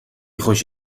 خوش